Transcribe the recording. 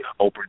Oprah